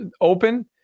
open